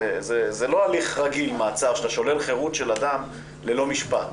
מעצר זה לא הליך רגיל שאתה שולל חירות של אדם ללא משפט.